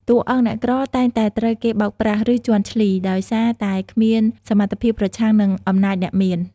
តួអង្គអ្នកក្រតែងតែត្រូវគេបោកប្រាស់ ឬជាន់ឈ្លី ដោយសារតែគ្មានសមត្ថភាពប្រឆាំងនឹងអំណាចអ្នកមាន។